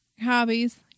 hobbies